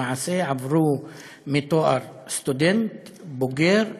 למעשה הם עברו מתואר סטודנט בוגר לרופא.